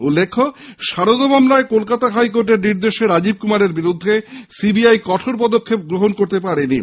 উল্লেখ্য সারদা মামলায় কলকাতা হাইকোর্টের নির্দেশে রাজীব কুমারের বিরুদ্ধে সিবিআই কঠোর পদক্ষেপ করতে পারেনি